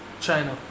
China